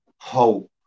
hope